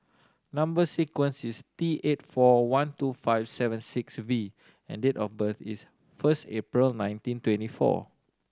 number sequence is T eight four one two five seven six V and the date of birth is first April nineteen twenty four